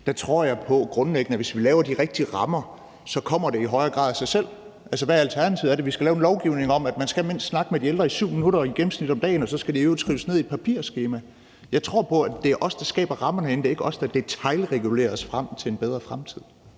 Der tror jeg grundlæggende på, at hvis vi laver de rigtige rammer, kommer det i højere grad af sig selv. Hvad er alternativet? Er det, at vi skal lave lovgivning om, at man skal tale med de ældre i mindst 7 minutter om dagen i gennemsnit, og at det så i øvrigt skal skrives ned i et papirskema? Jeg tror på, at det er os herinde, der skaber rammerne; det er ikke os, der skal detailregulere os frem til en bedre fremtid.